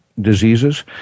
diseases